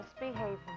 misbehaving